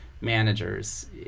managers